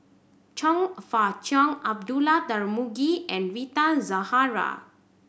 Chong Fah Cheong Abdullah Tarmugi and Rita Zahara